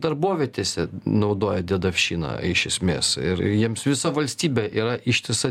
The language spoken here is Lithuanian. darbovietėse naudoja dedavščiną iš esmės ir jiems visa valstybė yra ištisa